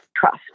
trust